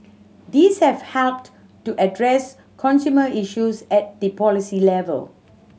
these have helped to address consumer issues at the policy level